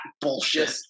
bullshit